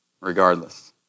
regardless